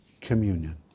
Communion